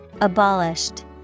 abolished